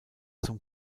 zum